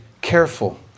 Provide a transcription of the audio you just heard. careful